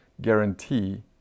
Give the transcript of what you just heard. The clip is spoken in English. guarantee